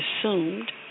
assumed